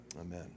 Amen